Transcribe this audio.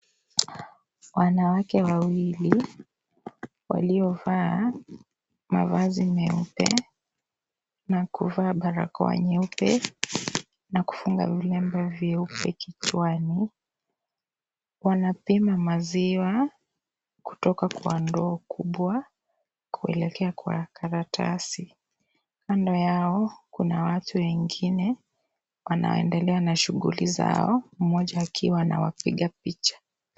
Wanawake wawili waliovaa mavazi meupe na kuvaa barakoa nyeupe na kufunga vilemba vyeupe kichwani wanapima maziwa kutoka kwa ndoo kubwa kuelekea kwa karatasi. kando yao kuna watu wengine wanaoendelea na shughuli zao mmoja akiwa anawapiga picha.